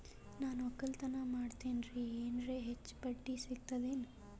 ನಾ ಒಕ್ಕಲತನ ಮಾಡತೆನ್ರಿ ಎನೆರ ಹೆಚ್ಚ ಬಡ್ಡಿ ಸಿಗತದೇನು?